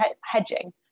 hedging